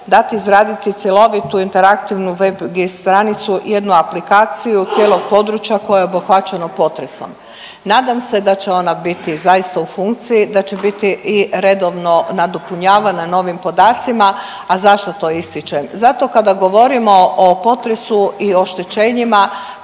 dati izraditi cjelovitu, interaktivnu web stranicu, jednu aplikaciju cijelog područja koje je obuhvaćeno potresom. Nadam se da će ona biti zaista u funkciji, da će biti i redovno nadopunjavana novim podacima, a zašto to ističem. Zato kada govorimo o potresu i oštećenjima